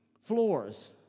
floors